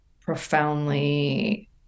profoundly